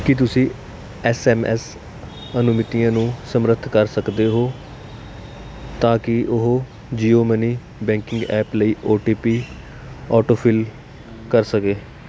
ਕੀ ਤੁਸੀਂਂ S M S ਅਨੁਮਤੀਆਂ ਨੂੰ ਸਮਰੱਥ ਕਰ ਸਕਦੇ ਹੋ ਤਾਂ ਕਿ ਉਹ ਜੀਓ ਮਨੀ ਬੈਂਕਿੰਗ ਐਪ ਲਈ ਓ ਟੀ ਪੀ ਆਟੋਫਿਲ ਕਰ ਸਕੇ